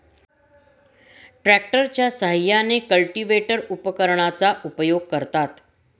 ट्रॅक्टरच्या साहाय्याने कल्टिव्हेटर उपकरणाचा उपयोग करतात